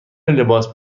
لباس